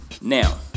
now